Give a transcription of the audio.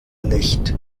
nicht